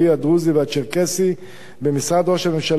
הדרוזי והצ'רקסי במשרד ראש הממשלה,